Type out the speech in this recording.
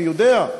אני יודע,